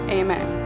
amen